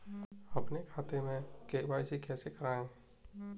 अपने खाते में के.वाई.सी कैसे कराएँ?